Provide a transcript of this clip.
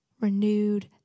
renewed